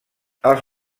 els